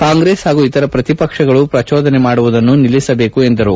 ಕಾಂಗ್ರೆಸ್ ಹಾಗೂ ಇತರ ಪ್ರತಿಪಕ್ಷಗಳು ಪ್ರಚೋದನೆ ಮಾಡುವುದನ್ನು ನಿಲ್ಲಿಸಬೇಕು ಎಂದರು